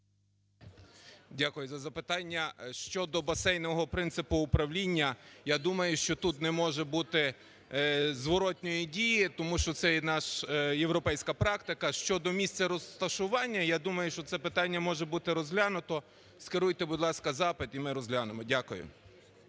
Дякую за запитання. Щодо басейнового принципу управління. Я думаю, що тут не може бути зворотної дії, тому що це є наша європейська практика. Щодо місця розташування. Я думаю, що це питання може бути розглянуто, скеруйте, будь ласка, запит, і ми розглянемо. Дякую.